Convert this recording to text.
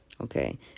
Okay